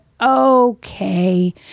okay